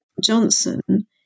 Johnson